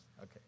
Okay